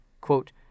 quote